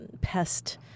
pest